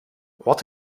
wat